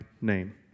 name